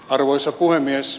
arvoisa puhemies